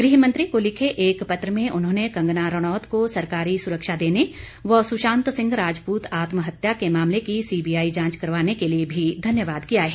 गृह मंत्री को लिखे एक पत्र में उन्होंने कंगना रणौत को सरकारी सुरक्षा देने व सुशांत सिंह राजपूत आत्म हत्या के मामले की सीबीआई जांच करवाने के लिए भी धन्यवाद किया है